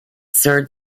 sir